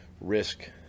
risk